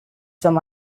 some